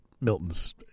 Milton's